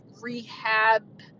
rehab